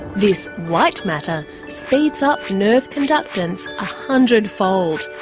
this white-matter speeds up nerve conductance a hundredfold,